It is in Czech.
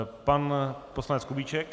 Pan poslanec Kubíček.